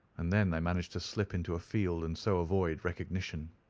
and then they managed to slip into a field, and so avoid recognition.